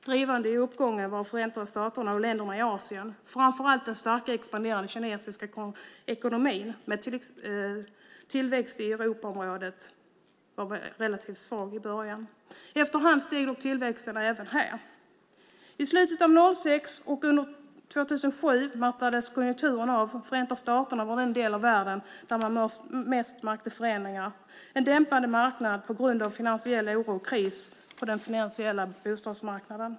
Drivande i uppgången var Förenta staterna och länderna i Asien, med framför allt den starkt expanderande kinesiska ekonomin, medan till exempel tillväxten i Europaområdet var relativt svag i början. Efter hand steg dock tillväxten även här. I slutet av 2006 och under 2007 mattades konjunkturen av, och Förenta staterna var den del av världen där man märkte förändringarna först med en dämpad marknad på grund av den finansiella oron och krisen på den finansiella bostadsmarknaden.